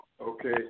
Okay